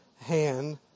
hand